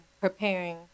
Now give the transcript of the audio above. preparing